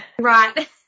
Right